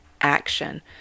action